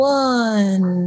one